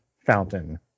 fountain